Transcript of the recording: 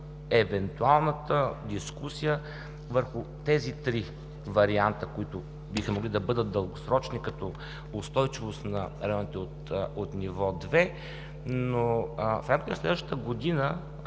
евентуалната дискусия върху тези три варианта, които биха могли да бъдат дългосрочни, като устойчивост на районите от ниво 2. В рамките на следващата година,